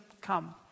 come